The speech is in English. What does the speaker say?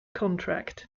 contract